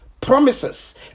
promises